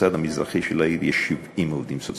בצד המזרחי של העיר יש 70 עובדים סוציאליים.